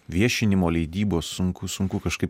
viešinimo leidybos sunku sunku kažkaip